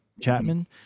Chapman